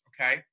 Okay